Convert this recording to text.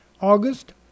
August